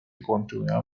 continúan